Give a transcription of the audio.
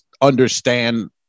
understand